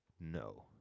No